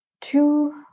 two